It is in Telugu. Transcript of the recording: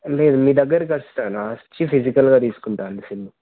లేదు మీ దగ్గరకి వస్తాను వచ్చి ఫిజికల్గా తీసుకుంటాను